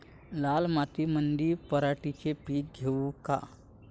लाल मातीमंदी पराटीचे पीक घेऊ का?